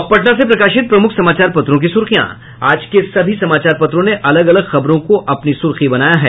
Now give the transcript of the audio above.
अब पटना से प्रकाशित प्रमुख समाचार पत्रों की सुर्खियां आज के सभी समाचार पत्रों ने अलग अलग खबरों को अपनी सुर्खी बनाया है